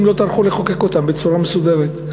לא טרחו לחוקק אותם בצורה מסודרת.